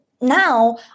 now